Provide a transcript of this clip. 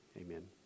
amen